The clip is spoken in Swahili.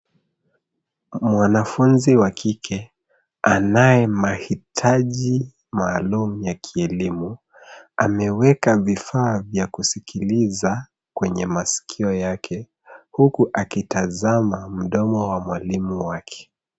Mwanafunzi wa kike anaye mahitaji maalum ya kielimu, ameweka vifaa vya kusikiliza kwenye masikio yake, huku akitazama mdomo wa mwalimu wake.